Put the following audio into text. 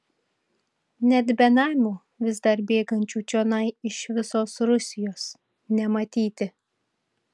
net benamių vis dar bėgančių čionai iš visos rusijos nematyti